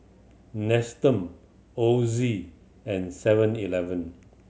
Nestum Ozi and Seven Eleven